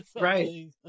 right